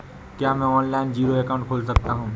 क्या मैं online zero account खोल सकता हूँ?